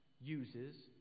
uses